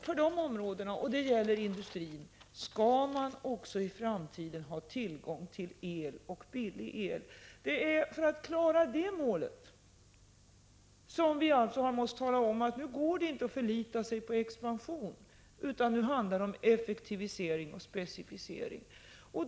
För de områdena, och detta gäller industrin, skall man också i framtiden ha tillgång till el och billig el. Det är för att klara det målet som vi alltså har måst tala om att det inte längre går att förlita sig på expansion, utan nu handlar det om effektivisering och specificering.